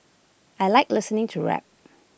I Like listening to rap